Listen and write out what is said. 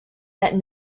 that